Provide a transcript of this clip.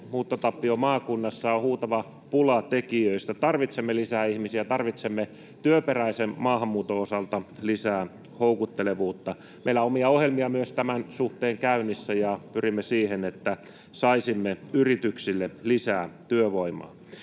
muuttotappiomaakunnassa, on huutava pula tekijöistä. Tarvitsemme lisää ihmisiä, tarvitsemme työperäisen maahanmuuton osalta lisää houkuttelevuutta. Meillä on ohjelmia myös tämän suhteen käynnissä, ja pyrimme siihen, että saisimme yrityksille lisää työvoimaa.